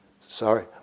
Sorry